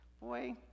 Boy